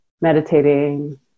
meditating